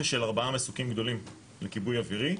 של ארבעה מסוקים גדולים לכיבוי אווירי.